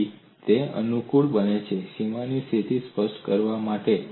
તેથી તે અનુકૂળ બને છે સીમાની સ્થિતિ સ્પષ્ટ કરવા માટે